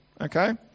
Okay